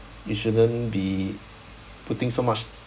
you shouldn't be putting so much